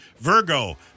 Virgo